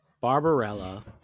Barbarella